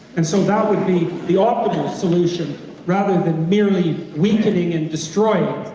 and so that would be the optimal solution rather than merely weakening and destroying,